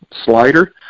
slider